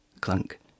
clunk